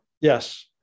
yes